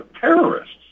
terrorists